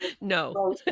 No